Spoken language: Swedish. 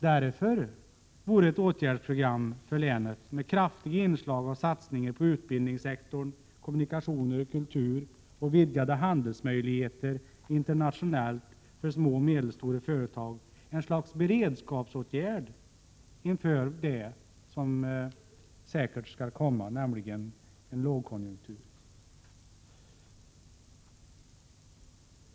Därför vore ett åtgärdsprogram för länet, med kraftiga inslag av satsningar på utbildningssektorn, kommunikationer, kultur och vidgade handelsmöjligheter internationellt för små och medelstora företag, en slags beredskapsåtgärd inför en sådan lågkonjunktur.